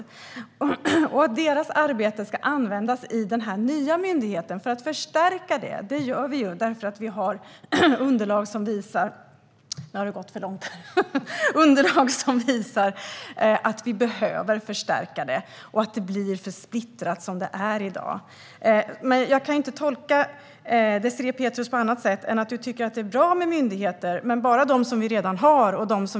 Anledningen till att deras arbete ska användas i den nya myndigheten för att förstärka den är att vi har underlag som visar att vi behöver göra en förstärkning. I dag är det för splittrat. Jag kan inte tolka Désirée Pethrus på annat sätt än att hon tycker att det är bra med myndigheter, men bara de som redan finns.